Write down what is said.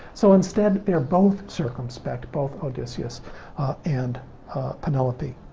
so, instead, they're both circumspect, both odysseus and penelope.